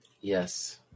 Yes